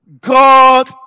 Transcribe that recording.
God